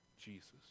Jesus